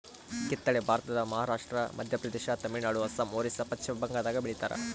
ಕಿತ್ತಳೆ ಭಾರತದ ಮಹಾರಾಷ್ಟ್ರ ಮಧ್ಯಪ್ರದೇಶ ತಮಿಳುನಾಡು ಅಸ್ಸಾಂ ಒರಿಸ್ಸಾ ಪಚ್ಚಿಮಬಂಗಾಳದಾಗ ಬೆಳಿತಾರ